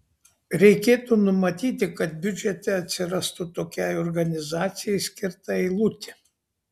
reikėtų numatyti kad biudžete atsirastų tokiai organizacijai skirta eilutė